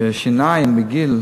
שטיפולי שיניים בגיל